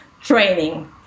training